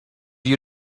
you